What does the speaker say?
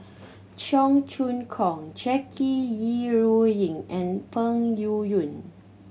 Cheong Choong Kong Jackie Yi Ru Ying and Peng Yuyun